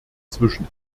zwischen